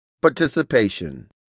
participation